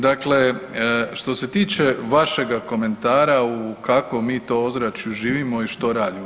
Dakle, što se tiče vašega komentara u kakvom mi to ozračju živimo i što radimo.